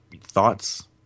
thoughts